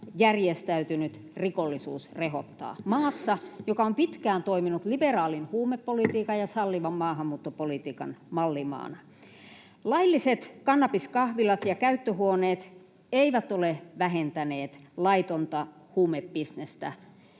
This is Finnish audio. järjestäytynyt rikollisuus rehottaa maassa, joka on pitkään toiminut liberaalin huumepolitiikan ja sallivan maahanmuuttopolitiikan mallimaana. Lailliset kannabiskahvilat ja käyttöhuoneet eivät ole vähentäneet laitonta huumebisnestä,